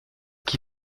qui